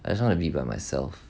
I just wanna be by myself